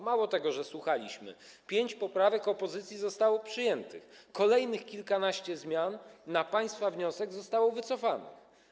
Mało tego, że słuchaliśmy - pięć poprawek opozycji zostało przyjętych, kolejnych kilkanaście zmian na państwa wniosek zostało wycofanych.